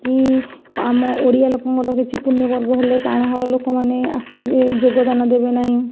କି ଆମ ଓଡ଼ିଆ ଘର ଲୋକଙ୍କର କିଛି ପୁଣ୍ୟ ପର୍ବ ହେଲେ ପାଣ ଘର ଲୋକମାନେ ଆସିବେ ଯୋଗଦାନ ଦେବେ ନାହିଁ